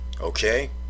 Okay